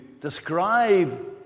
describe